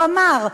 הוא אמר: